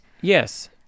Yes